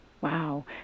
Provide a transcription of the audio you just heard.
Wow